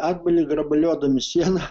atbuli grabaliodami sieną